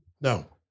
No